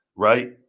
Right